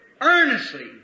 Earnestly